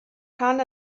rhan